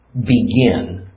begin